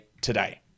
today